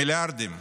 מיליארדים.